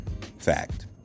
fact